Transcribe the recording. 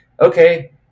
okay